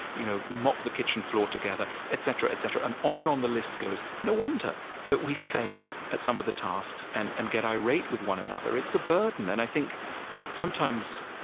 you know mop the kitchen floor together, etc, etc. and on and on the list goes. no wonder that we fail at some of the tasks and and get irate with one another. it's a burden. and i think sometimes,